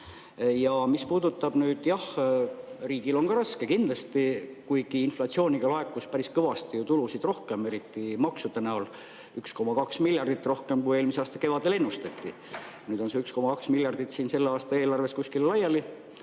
Mis puudutab nüüd seda, et riigil on ka raske – jah, kindlasti, kuigi inflatsiooniga laekus päris kõvasti ju tulusid rohkem, eriti maksude näol: 1,2 miljardit rohkem kui eelmise aasta kevadel ennustati. Nüüd on see 1,2 miljardit siin selle aasta eelarves kuskil laiali.